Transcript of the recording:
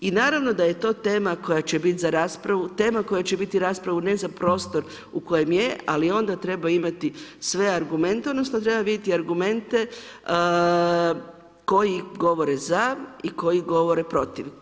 I naravno da je to tema koja će biti za raspravu, tema koja će biti za raspravu ne za prostor u kojem je, ali onda treba imati sve argumente odnosno treba vidjeti argumente koji govore za i koji govore protiv.